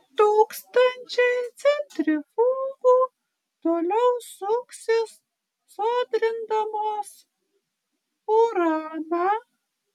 tūkstančiai centrifugų toliau suksis sodrindamos uraną